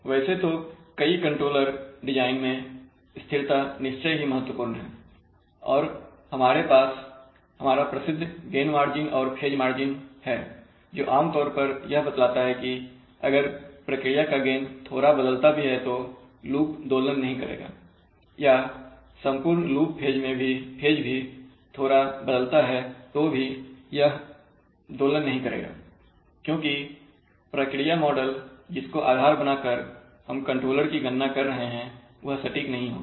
वैसे तो कई कंट्रोलर डिजाइंस में स्थिरता निश्चय ही महत्वपूर्ण है और हमारे पास हमारा प्रसिद्ध गैन मार्जिन और फेज मार्जिन है जो आमतौर पर यह बतलाता है कि अगर प्रक्रिया का गेन थोड़ा बदलता भी है तो लूप दोलन नहीं करेगा या संपूर्ण लूप फेज भी थोड़ा बदलता है तो भी यह दोलन नहीं करेगा क्योंकि प्रक्रिया मॉडल जिसको आधार बनाकर हम कंट्रोलर की गणना कर रहे हैं वह सटीक नहीं होगा